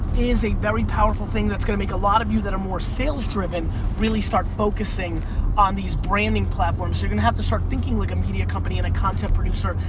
is a very powerful thing that's gonna make a lot of you that are more sales driven really start focusing on these branding platforms. so you're gonna have to start thinking like a media company and a content producer,